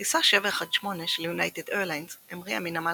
טיסה 718 של יונייטד איירליינס המריאה מנמל